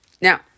Now